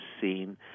seen